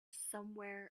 somewhere